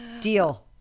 deal